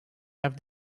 have